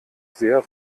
sehr